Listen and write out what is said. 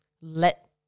let